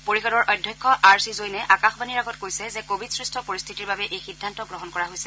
পৰিষদৰ অধ্যক্ষ R C জৈনে আকাশবাণীৰ আগত কৈছে যে কোৱিডস্ট পৰিস্থিতিৰ বাবে এই সিদ্ধান্ত গ্ৰহণ কৰা হৈছে